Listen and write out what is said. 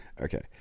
Okay